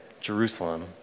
Jerusalem